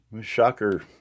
Shocker